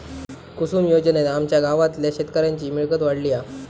कुसूम योजनेत आमच्या गावातल्या शेतकऱ्यांची मिळकत वाढली हा